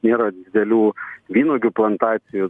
nėra didelių vynuogių plantacijų